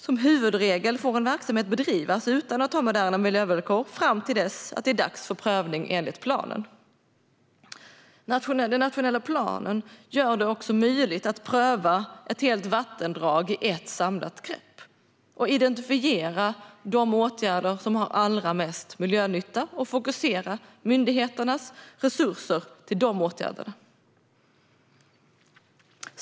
Som huvudregel får en verksamhet bedrivas utan att ha moderna miljövillkor fram till dess att det är dags för prövning enligt planen. Den nationella planen gör det också möjligt att pröva ett helt vattendrag i ett samlat grepp och identifiera de åtgärder som har allra mest miljönytta och fokusera myndigheternas resurser till dessa åtgärder.